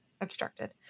obstructed